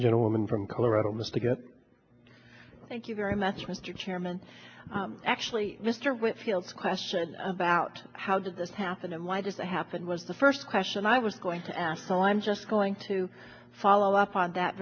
woman from colorado miss to get thank you very much mr chairman actually mr whitfield question about how did this happen and why does that happen was the first question i was going to ask so i'm just going to follow up on that